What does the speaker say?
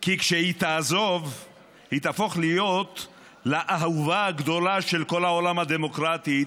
כי כשהיא תעזוב היא תהפוך להיות לאהובה הגדולה של כל העולם הדמוקרטי,